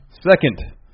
Second